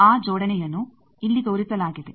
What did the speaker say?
ಆ ಜೋಡಣೆಯನ್ನು ಇಲ್ಲಿ ತೋರಿಸಲಾಗಿದೆ